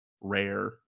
rare